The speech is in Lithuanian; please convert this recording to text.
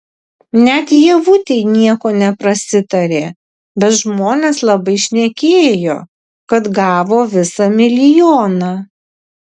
net ievutei nieko neprasitarė bet žmonės labai šnekėjo kad gavo visą milijoną